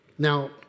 Now